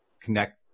connect